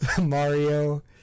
Mario